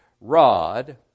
rod